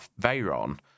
Veyron